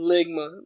Ligma